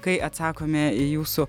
kai atsakome į jūsų